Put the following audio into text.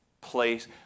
place